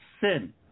sin